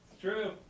True